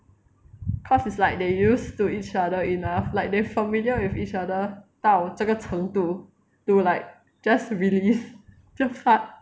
cause it's like they used to each other enough like they familiar with each other 到这个程度 to like just release the fart